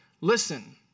Listen